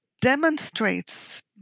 demonstrates